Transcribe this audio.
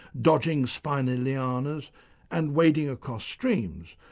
dodging spiny lianas and wading across streams,